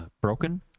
broken